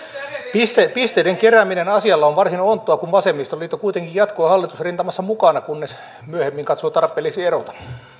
pisteiden pisteiden kerääminen asialla on varsin onttoa kun vasemmistoliitto kuitenkin jatkoi hallitusrintamassa mukana kunnes myöhemmin katsoi tarpeelliseksi erota